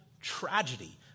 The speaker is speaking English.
tragedy